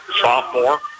Sophomore